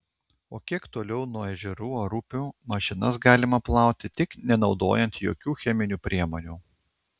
o kiek toliau nuo ežerų ar upių mašinas galima plauti tik nenaudojant jokių cheminių priemonių